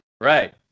Right